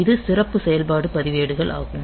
இது சிறப்பு செயல்பாடு பதிவேடுகள் ஆகும்